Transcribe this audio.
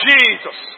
Jesus